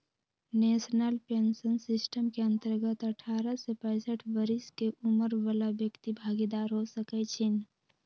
national pension system के अंतर्गत अठारह से पैंसठ बरिश के उमर बला व्यक्ति भागीदार हो सकइ छीन्ह